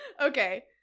Okay